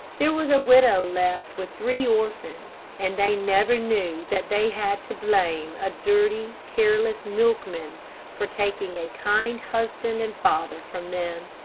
there was a widow left with three orphans, and they never knew that they had to blame a dirty, careless milkman for taking a kind husband and father from them.